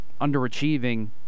underachieving